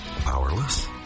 powerless